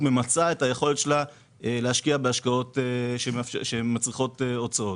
ממצה את היכולת שלה להשקיע השקעות שמצריכות הוצאות.